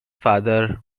father